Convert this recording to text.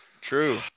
True